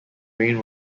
rain